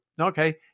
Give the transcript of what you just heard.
Okay